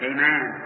Amen